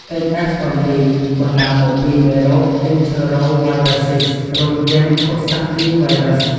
HFMD បណ្តាលមកពីមេរោគ អុីនធើរ៉ូវាយរើសសុីស រួមទាំង ឃោកសាក់គីវាយរើស ។